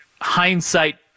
hindsight